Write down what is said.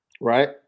Right